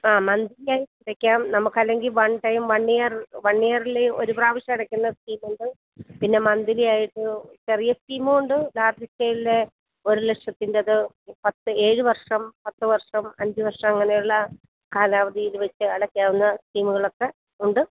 ആ മന്തിലിയായിട്ട് അടക്കാം നമുക്കല്ലെങ്കിൽ one time one year one yearly ഒരു പ്രാവശ്യം അടക്കുന്ന സ്കീമുണ്ട് പിന്നെ മന്തിലിയായിട്ട് ചെറിയ സ്കീമുണ്ട് ലാർജ് സ്കെയിലിലെ ഒരു ലക്ഷത്തിൻ്റേത് പത്ത് ഏഴ് വർഷം പത്ത് വർഷം അഞ്ച് വർഷം അങ്ങനെയുള്ള കാലാവധി വെച്ച് അടക്കാവുന്ന സ്കീമുകളൊക്കെ ഉണ്ട്